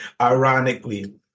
ironically